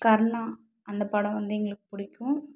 கர்ணா அந்த படம் வந்து எங்களுக்கு பிடிக்கும்